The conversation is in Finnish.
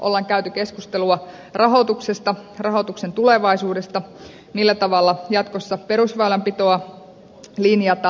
olemme käyneet keskustelua rahoituksesta rahoituksen tulevaisuudesta ja siitä millä tavalla jatkossa perusväylänpitoa linjataan